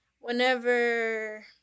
Whenever